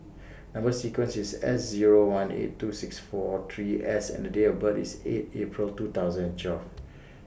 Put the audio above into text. Number sequence IS S Zero one eight two six four three S and The Date of birth IS eight April two thousand and twelve